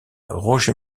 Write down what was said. roger